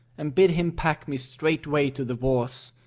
and bid him pack me straightway to the wars,